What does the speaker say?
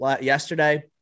yesterday